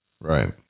Right